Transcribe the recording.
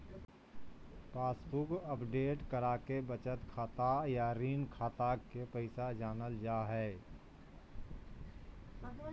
passbook update कराके बचत खाता या ऋण खाता के पैसा जानल जा हय